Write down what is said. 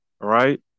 right